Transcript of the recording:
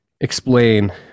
explain